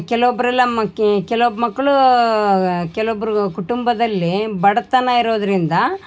ಕೆಲೊಬ್ಬರೆಲ್ಲ ಮಕ್ಕಿ ಕೆಲೊಬ್ಬ ಮಕ್ಕಳು ಕೆಲೊಬ್ಬರು ಕುಟುಂಬದಲ್ಲಿ ಬಡತನ ಇರೋದರಿಂದ